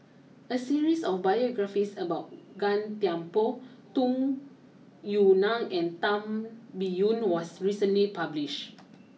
a series of biographies about Gan Thiam Poh Tung Yue Nang and Tan Biyun was recently publish